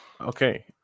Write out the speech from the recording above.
Okay